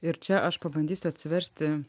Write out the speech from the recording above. ir čia aš pabandysiu atsiversti